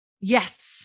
Yes